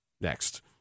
next